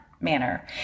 Manner